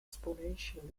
exponentially